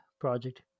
project